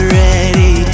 ready